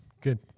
Good